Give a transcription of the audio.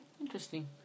interesting